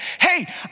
hey